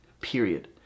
period